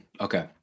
Okay